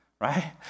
right